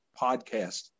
podcast